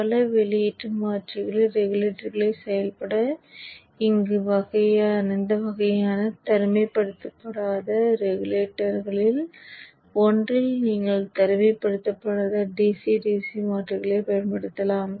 பல வெளியீட்டு மாற்றிகளில் ரெகுலேட்டர்களாகச் செயல்பட இந்த வகையான தனிமைப்படுத்தப்படாத ரெகுலேட்டர்களில் ஒன்றில் நீங்கள் தனிமைப்படுத்தப்படாத dc dc மாற்றிகளைப் பயன்படுத்தலாம்